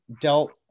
dealt